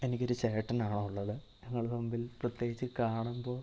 എനിക്കൊരു ചേട്ടനാണ് ഉള്ളത് ഞങ്ങൾ തമ്മിൽ പ്രത്യേകിച്ച് കാണുമ്പം